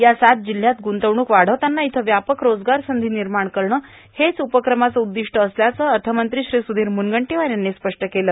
या सात जिल्हयात ग्रंतवण्रक वाढवताना इथं व्यापक रोजगार संधी निर्माण करणं हे या उपक्रमाचं उद्दिष्ट असल्याचं अर्थमंत्री श्री सुधीर मुनगंटीवार यांनी स्पष्ट केलं